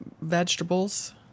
vegetables